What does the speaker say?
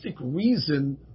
reason